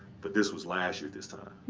but this was last year at this time.